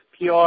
PR